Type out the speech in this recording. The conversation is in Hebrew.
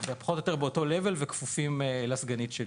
הם פחות או יותר באותו level, שכפופים לסגנית שלי.